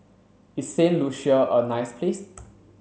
is Saint Lucia a nice place